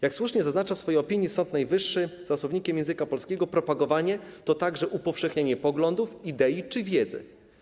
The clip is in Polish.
Jak słusznie zaznacza w swojej opinii Sąd Najwyższy, za słownikiem języka polskiego, propagowanie to także „upowszechnianie poglądów, idei czy wiedzy”